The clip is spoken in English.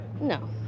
No